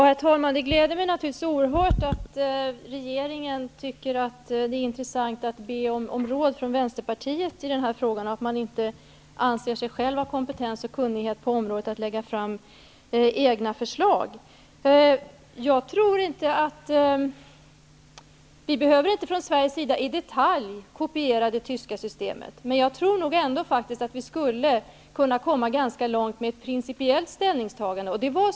Herr talman! Det gläder mig naturligtvis oerhört att regeringen tycker att det är intressant att be om råd från Vänsterpartiet i den här frågan och att man inte anser sig själv ha kompetens och kunnighet på det här området för att lägga fram egna förslag. Jag tror inte att vi från Sveriges sida i detalj behöver kopiera det tyska systemet. Men jag tror ändå att vi skulle kunna komma ganska långt med ett principiellt ställningstagande.